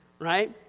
right